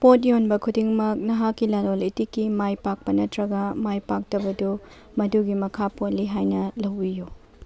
ꯄꯣꯠ ꯌꯣꯟꯕ ꯈꯨꯗꯤꯡꯃꯛ ꯅꯍꯥꯛꯀꯤ ꯂꯂꯣꯟ ꯏꯇꯤꯛꯀꯤ ꯃꯥꯏ ꯄꯥꯛꯄ ꯅꯠꯇ꯭ꯔꯒ ꯃꯥꯏ ꯄꯥꯛꯇꯕꯗꯨ ꯃꯗꯨꯒꯤ ꯃꯈꯥ ꯄꯣꯜꯂꯤ ꯍꯥꯏꯅ ꯂꯧꯕꯤꯌꯨ